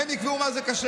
הם יקבעו מה זה כשר.